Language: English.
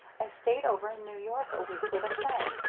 i stayed over in new york a week with a friend,